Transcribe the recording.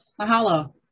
Mahalo